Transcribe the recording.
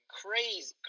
crazy